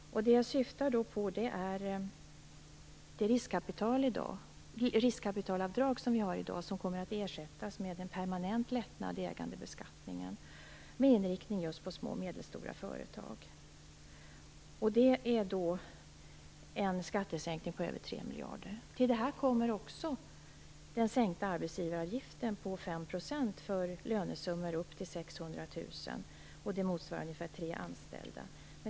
Det jag syftar på är att det riskkapitalavdrag vi har i dag kommer att ersättas med en permanent lättnad i ägandebeskattningen med inriktning just på små och medelstora företag. Det är en skattesänkning på över 3 miljarder. Till det kommer sänkningen av arbetsgivaravgiften med 5 % för lönesummor upp till 600 000, vilket motsvarar ungefär tre anställda.